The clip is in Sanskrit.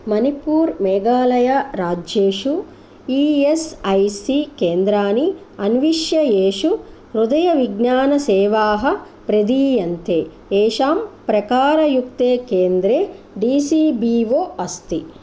मनिपूर् मेघालय राज्येषु ई एस् ऐ सी केन्द्रानि अन्विष येषु हृदयविज्ञान सेवाः प्रदीयन्ते येषां प्रकारयुक्ते केन्द्रे डी सी बी ओ अस्ति